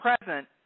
present